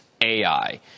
AI